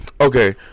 Okay